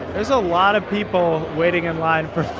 there's a lot of people waiting in line for food